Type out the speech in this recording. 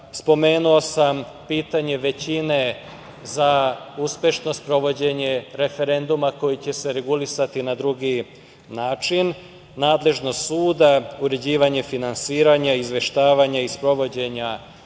Spomenuo sam pitanje većine za uspešno sprovođenje referenduma koje će se regulisati na drugi način, nadležnost suda, uređivanje finansiranja, izveštavanja i sprovođenja